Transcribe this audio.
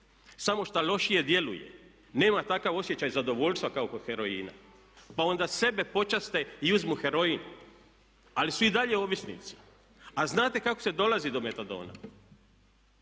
samo što lošije djeluje. Nema takav osjećaj zadovoljstva kao kod heroina. Pa onda sebe počaste i uzmu heroin, ali su i dalje ovisnici. A znate kako se dolazi do metadona?